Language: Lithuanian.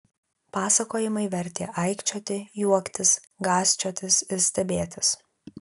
pasakojimai vertė aikčioti juoktis gąsčiotis ir stebėtis